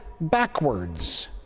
backwards